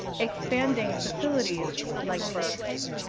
expanding facilities like burkes.